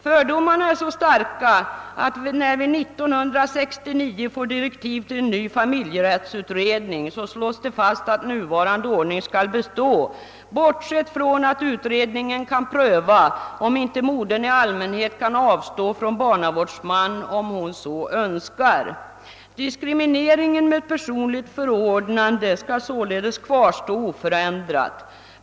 Fördomarna är så starka att när vi 1969 får direktiv till en ny familjerättsutredning slås det fast, att nuvarande ordning skall bestå, bortsett från att utredningen kan pröva, om inte modern i allmänhet kan avstå från barnavårdsman, om hon så önskar. Diskrimineringen med ett personligt förordnande skall således kvarstå oförändrad.